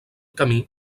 camí